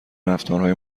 رفتارهای